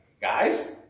guys